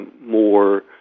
more